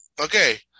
okay